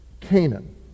Canaan